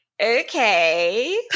okay